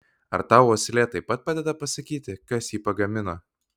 ar tau uoslė taip pat padeda pasakyti kas jį pagamino